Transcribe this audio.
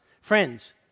Friends